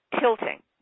tilting